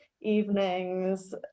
evenings